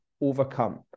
overcome